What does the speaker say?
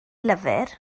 lyfr